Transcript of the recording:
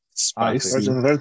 Spicy